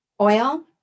oil